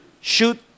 shoot